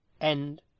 End